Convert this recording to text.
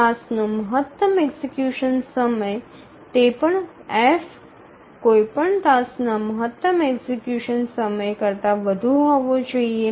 ટાસક્સનો મહત્તમ એક્ઝિકયુશન સમય તે પણ F કોઈપણ ટાસ્ક ના મહત્તમ એક્ઝિકયુશન સમય કરતા વધુ હોવો જોઈએ